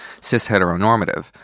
cis-heteronormative